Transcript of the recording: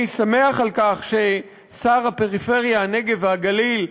אני שמח על כך ששר הפריפריה, הנגב והגליל,